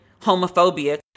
homophobia